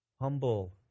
Humble